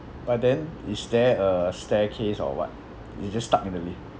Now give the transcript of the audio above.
but then is there a staircase or what you just stuck in the lift